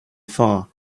far